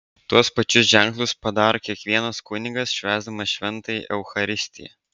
tuos pačius ženklus padaro kiekvienas kunigas švęsdamas šventąją eucharistiją